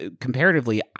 comparatively